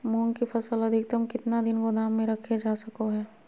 मूंग की फसल अधिकतम कितना दिन गोदाम में रखे जा सको हय?